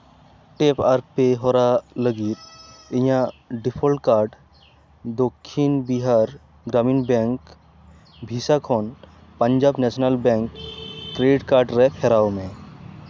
tap ᱟᱨ pay ᱦᱚᱨᱟ ᱞᱟᱹᱜᱤᱫ ᱤᱧᱟᱹᱜ default card Dakshin Bihar Gramin bank ᱵᱷᱤᱥᱟ ᱠᱷᱚᱱ Punjab national bank credit card ᱨᱮ ᱯᱷᱮᱨᱟᱣ ᱢᱮ